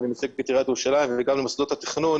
ואני מייצג כאן את עיריית ירושלים וגם את מוסדות התכנון